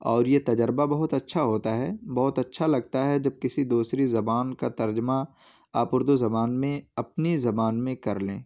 اور یہ تجربہ بہت اچھا ہوتا ہے بہت اچھا لگتا ہے جب کسی دوسری زبان کا ترجمہ آپ اردو زبان میں اپنی زبان میں کر لیں